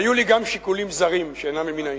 היו לי גם שיקולים זרים, שאינם ממין העניין.